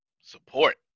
Support